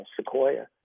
Sequoia